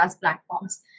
platforms